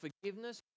forgiveness